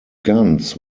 guns